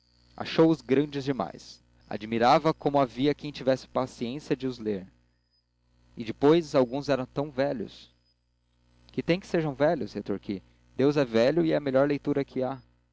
achou-os grandes demais admirava como havia quem tivesse a paciência de os ler e depois alguns eram tão velhos que tem que sejam velhos retorqui deus é velho e é a melhor leitura que há